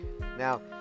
Now